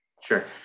Sure